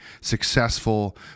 successful